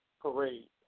parade